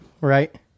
right